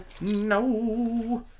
No